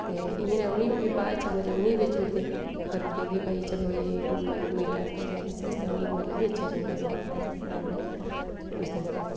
ते इयां नै उ'नें ई भी बाद च मतलब उ'नें ई बेची ओड़दे करी ओड़दे कि भई चलो एह् मतलब मीट आस्तै जां किसै आस्तै उ'नें ई मतलब बेचेआ जंदा कि द'ऊं पैसे कमांदे उसदे आस्तै